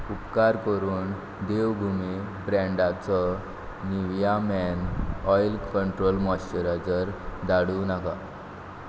उपकार करून देवभुमी ब्रँडाचो निवया मॅन ऑयल कंट्रोल मॉश्चरायजर धाडूं नाका